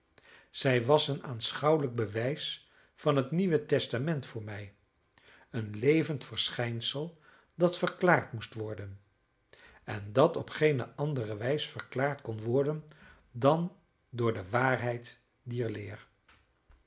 zij was een aanschouwelijk bewijs van het nieuwe testament voor mij een levend verschijnsel dat verklaard moest worden en dat op geene andere wijs verklaard kon worden dan door de waarheid dier leer